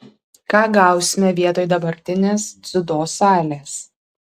ką gausime vietoj dabartinės dziudo salės